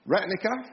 Ratnica